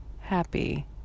happy